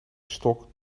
stok